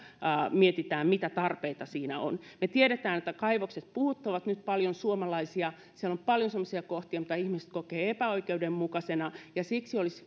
mietitään mitä tarpeita siinä on me tiedämme että kaivokset puhuttavat nyt paljon suomalaisia siellä on paljon semmoisia kohtia jotka ihmiset kokevat epäoikeudenmukaisina ja siksi olisi